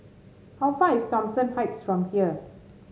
how far is Thomson Heights from here